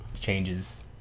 changes